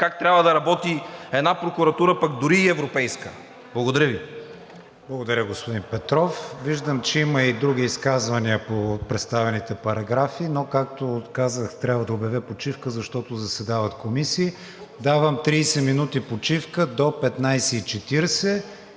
как трябва да работи една прокуратура, пък дори и европейска! Благодаря Ви. ПРЕДСЕДАТЕЛ КРИСТИАН ВИГЕНИН: Благодаря, господин Петров. Виждам, че има и други изказвания по представените параграфи, но както казах, трябва да обявя почивка, защото заседават комисии. Давам 30 минути почивка – до 15,40